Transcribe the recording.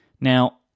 Now